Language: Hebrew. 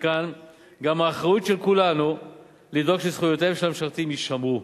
מכאן גם האחריות של כולנו לדאוג שזכויותיהם של המשרתים יישמרו.